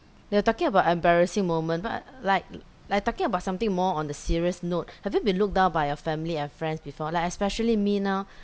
you're talking about embarrassing moment but like like talking about something more on the serious note have you been looked down by your family and friends before like especially me now